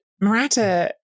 Murata